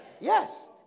Yes